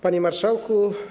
Panie Marszałku!